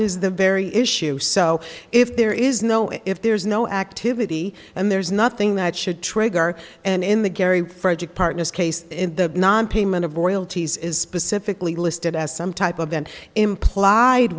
is the very issue so if there is no if there's no activity and there's nothing that should trigger and in the gary frederick partners case in the nonpayment of royalties is specifically listed as some type of an implied